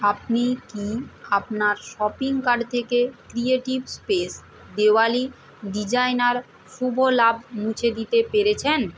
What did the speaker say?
আপনি কি আপনার শপিং কার্ট থেকে creative space Diwali designer Shubh Labh মুছে দিতে পেরেছেন